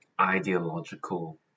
ideological